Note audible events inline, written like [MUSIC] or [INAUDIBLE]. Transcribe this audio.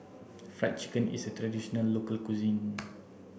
fried chicken is a traditional local cuisine [NOISE]